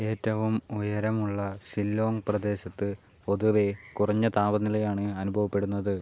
ഏറ്റവും ഉയരമുള്ള ഷില്ലോംഗ് പ്രദേശത്ത് പൊതുവെ കുറഞ്ഞ താപനിലയാണ് അനുഭവപ്പെടുന്നത്